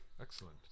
Excellent